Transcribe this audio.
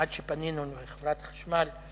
עד שפנינו לחברת החשמל,